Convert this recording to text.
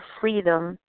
freedom